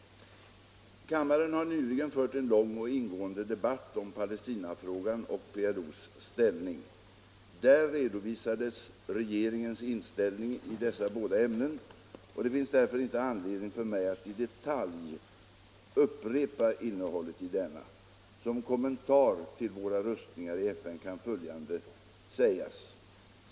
Kammaren har nyligen fört en lång och ingående debatt om Palestinafrågan och PLO:s ställning. Där redovisades regeringens inställning i dessa båda ämnen och det finns därför inte anledning för mig att i detalj upprepa innehållet i denna. Som kommentar till våra röstningar i FN kan följande sägas.